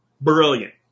brilliant